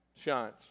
shines